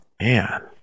man